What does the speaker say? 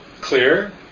clear